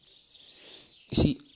see